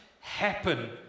happen